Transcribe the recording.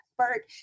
expert